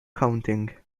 counting